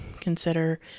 consider